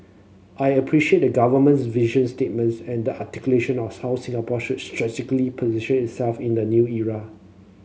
I appreciate the Government's vision statements and the articulation of how Singapore should strategically position itself in the new era